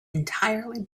entirely